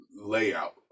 layout